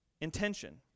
intention